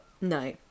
No